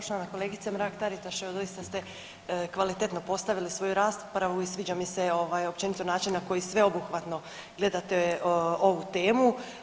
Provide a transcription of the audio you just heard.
Poštovana kolegice Mrak Taritaš evo doista ste kvalitetno postavili svoju raspravu i sviđa mi se općenito način na koji sveobuhvatno gledate ovu temu.